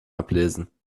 ablesen